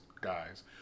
guys